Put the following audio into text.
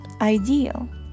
ideal